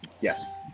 Yes